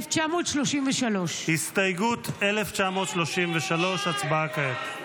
1933. הסתייגות 1933, הצבעה כעת.